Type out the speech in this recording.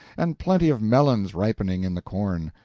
and plenty of melons ripening in the corn.